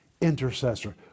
intercessor